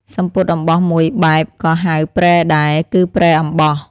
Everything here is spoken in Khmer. សំពត់អំបោះមួយបែបក៏ហៅ ព្រែដែរ គឺព្រែអំបោះ។